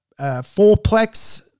fourplex